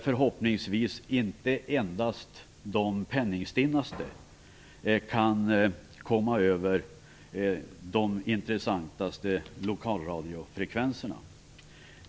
Förhoppningsvis skall då inte endast de mest penningstinna kunna komma över de mest intressanta lokalradiofrekvenserna.